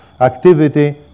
activity